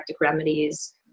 remedies